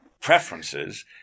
preferences –